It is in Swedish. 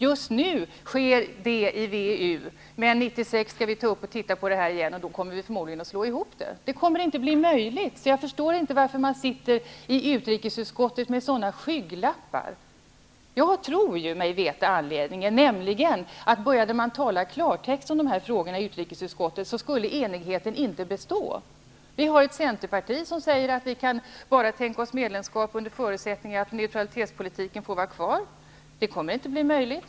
Just nu sker det samarbetet i WEU. 1996 skall vi ta upp detta igen. Då kommer vi förmodligen att slå ihop dessa båda. Jag förstår inte varför man har skygglappar i utrikesutskottet. Jag tror mig dock veta anledningen. Om man började tala klartext om dessa frågor i utrikesutskottet skulle enigheten inte bestå. Vi har Centerpartiet, som säger att man bara kan tänka sig medlemskap under förutsättning att neutralitetspolitiken får vara kvar. Det kommer inte att bli möjligt.